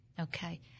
Okay